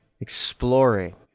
exploring